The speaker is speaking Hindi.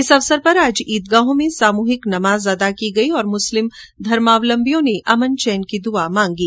इस अवसर पर आज ईदगाहों में सामुहिक नमाज अदा की गई और मुस्लिम धर्मावलम्बियों ने अमन चैन की दुआ मांगी